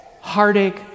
heartache